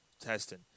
testing